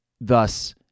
Thus